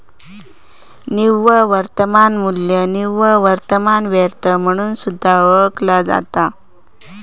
निव्वळ वर्तमान मू्ल्य निव्वळ वर्तमान वर्थ म्हणून सुद्धा ओळखला जाता